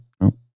No